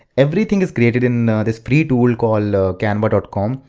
everything is created in this free tool called canva com.